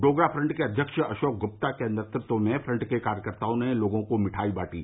Dogra front के अव्यक्ष अशोक गुप्ता के नेतृत्व में फ्रंट के कार्यकर्ताओं ने लोगों को मिठाई बांटी